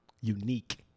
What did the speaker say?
Unique